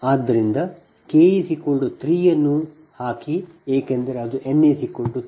ಆದ್ದರಿಂದ k 3 ಅನ್ನು ಹಾಕಿ ಏಕೆಂದರೆ ಅದು n 3